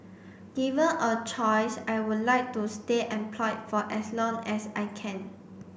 given a choice I would like to stay employed for as long as I can